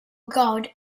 god